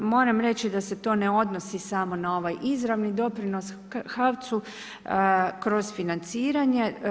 Moram reći da se to ne odnosi samo na ovaj izravni doprinos HAVC-u kroz financiranje.